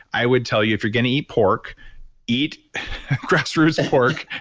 i would tell you if you're going to eat pork eat grass roots pork